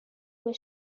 was